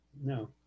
No